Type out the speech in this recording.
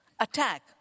Attack